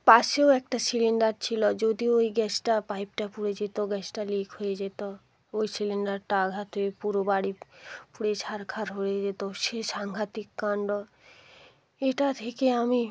পাশেও একটা সিলিন্ডার ছিল যদি ওই গ্যাসটা পাইপটা পুড়ে যেত গ্যাসটা লিক হয়ে যেত ওই সিলিন্ডারটা আঘাতে পুরো বাড়ি পুড়ে ছারখার হয়ে যেত সে সাংঘাতিক কাণ্ড এটা থেকে আমি